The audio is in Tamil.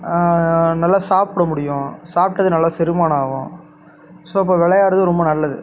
நல்லா சாப்பிட முடியும் சாப்பிட்டது நல்லா செரிமானம் ஆகும் ஸோ அப்போ விளையாடுறது ரொம்ப நல்லது